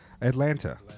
Atlanta